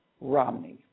Romney